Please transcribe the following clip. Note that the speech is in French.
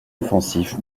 offensif